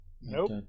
Nope